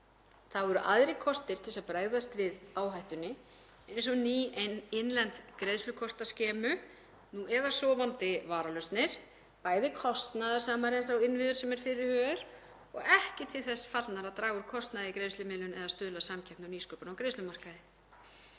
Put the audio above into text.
Þá eru aðrir kostir til að bregðast við áhættunni eins og ný innlend greiðslukortaskemu eða sofandi varalausnir bæði kostnaðarsamari en þeir innviðir sem fyrirhugaðir eru og ekki til þess fallnir að draga úr kostnaði í greiðslumiðlun eða stuðla að samkeppni og nýsköpun á greiðslumarkaði.